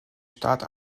staat